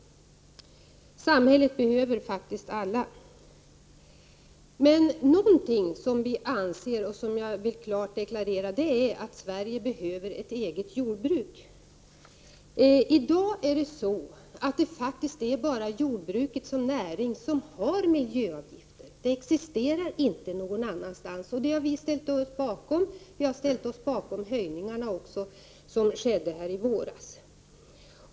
Samhället behöver faktiskt alla! Men jag vill klart deklarera att vi anser att Sverige behöver ett eget jordbruk. I dag är det faktiskt bara jordbruket som näring som har miljöavgifter. Vi har ställt oss bakom dessa avgifter och också höjningarna av dem, som beslutades i våras.